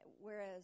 whereas